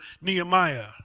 Nehemiah